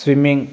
swimming